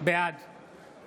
בעד